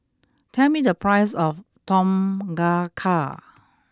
tell me the price of Tom Kha Car